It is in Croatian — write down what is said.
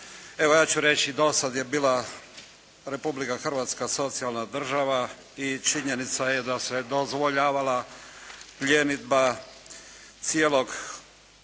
Ja ću reći, do sada je bila Republika Hrvatska socijalna država i činjenica je da se dozvoljavala pljenidba cijele